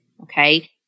okay